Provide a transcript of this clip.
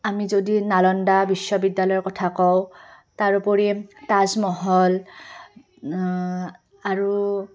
আমি যদি নালন্দা বিশ্ববিদ্যালয়ৰ কথা কওঁ তাৰোপৰি তাজমহল আৰু